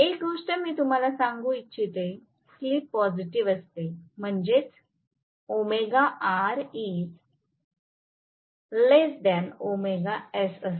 एक गोष्ट मी तुम्हाला सांगू इच्छिते स्लिप पॉझिटिव्ह असते म्हणजेच असते